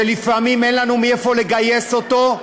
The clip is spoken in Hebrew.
שלפעמים אין לו מאיפה לגייס אותו.